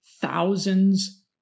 thousands